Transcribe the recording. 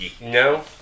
No